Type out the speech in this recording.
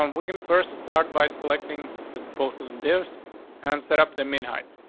um we can first start by selecting the both of theirs and set up the mean height.